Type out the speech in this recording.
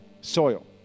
soil